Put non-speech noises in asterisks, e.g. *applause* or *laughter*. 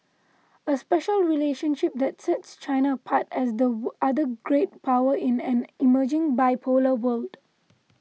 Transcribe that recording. a special relationship that sets China apart as the *hesitation* other great power in an emerging bipolar world